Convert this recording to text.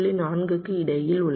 4 க்கு இடையில் உள்ளன